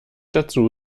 dazu